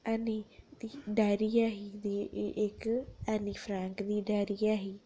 dairy है ही इक ऐनी फरैंड दी डैयरी ऐ ही